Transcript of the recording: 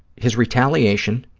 his retaliation,